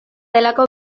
delako